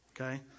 okay